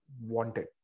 wanted